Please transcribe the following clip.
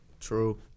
True